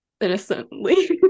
Innocently